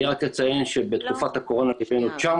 אני רק אציין שבתקופת הקורונה אנחנו ליווינו 900